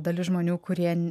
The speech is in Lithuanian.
dalis žmonių kurie